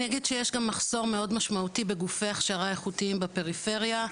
אני אגיד שיש גם מחסור מאוד משמעותי בגופי הכשרה איכותיים בפריפריה.